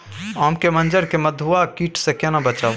आम के मंजर के मधुआ कीट स केना बचाऊ?